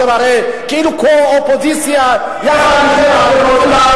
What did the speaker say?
הרי אתם כאילו קו-אופוזיציה יחד אתם.